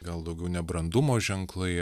gal daugiau nebrandumo ženklai